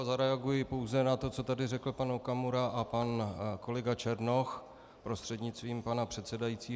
Zareaguji pouze na to, co tady řekl pan Okamura a pan kolega Černoch, prostřednictvím pana předsedajícího.